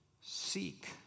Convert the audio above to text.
seek